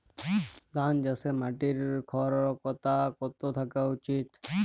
ধান চাষে মাটির ক্ষারকতা কত থাকা উচিৎ?